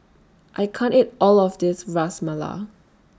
I can't eat All of This Ras Malai